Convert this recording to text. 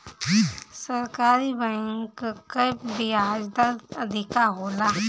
सरकारी बैंक कअ बियाज दर अधिका होला